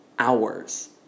hours